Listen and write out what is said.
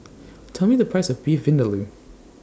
Tell Me The Price of Beef Vindaloo